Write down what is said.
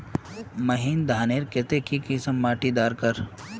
महीन धानेर केते की किसम माटी डार कर?